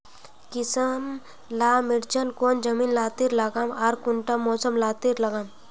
किसम ला मिर्चन कौन जमीन लात्तिर लगाम आर कुंटा मौसम लात्तिर लगाम?